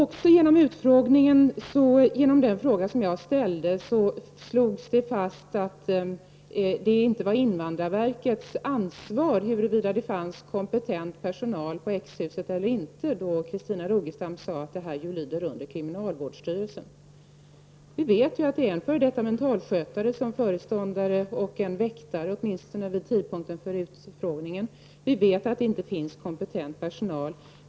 Under utfrågningen slogs det också fast att det inte var invandrarverkets ansvar huruvida det finns kompetent personal på X-huset eller inte. Christina Rogestam sade att saken lydde under kriminalvårdsstyrelsen. Vi vet att föreståndare är en före detta mentalskötare och en väktare, åtminstone vid tidpunkten för utfrågningen. Vi vet att det inte finns kompetent personal där.